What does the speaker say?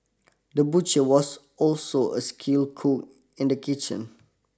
the butcher was also a skill cook in the kitchen